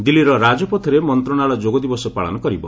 ଦିଲ୍ଲୀର ରାଜପଥ୍ରେ ମନ୍ତ୍ରଣାଳୟ ଯୋଗ ଦିବସ ପାଳନ କରିବ